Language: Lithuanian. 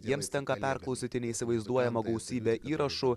jiems tenka perklausyti neįsivaizduojamą gausybę įrašų